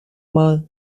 mal